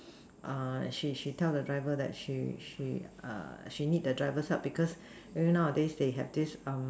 she she tell the driver that she she she need the driver's help because maybe nowadays they have this